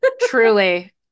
Truly